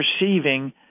receiving